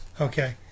Okay